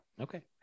Okay